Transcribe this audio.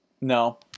No